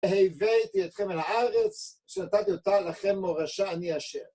היבאתי אתכם אל הארץ שנתתי אותה לכם מורשה, אני השם.